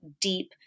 deep